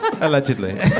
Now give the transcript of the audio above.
Allegedly